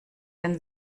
den